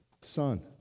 son